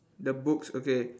the books okay